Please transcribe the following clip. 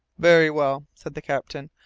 very well, said the captain.